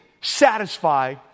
satisfy